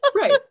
Right